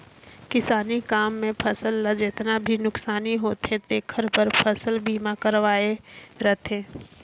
किसानी काम मे फसल ल जेतना भी नुकसानी होथे तेखर बर फसल बीमा करवाये रथें